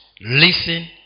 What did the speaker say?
listen